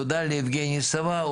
תודה ליבגני סובה,